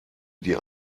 die